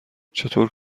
چطور